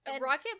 rocket